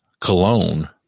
cologne